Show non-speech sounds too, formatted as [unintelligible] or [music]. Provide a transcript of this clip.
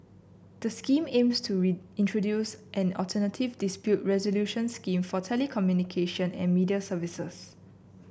the Scheme aims to [unintelligible] introduce an alternative dispute resolution scheme for telecommunication and media services